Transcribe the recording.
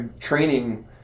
training